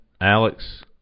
Alex